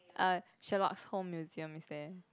uh Sherlock Holmes Museum is there